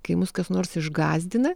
kai mus kas nors išgąsdina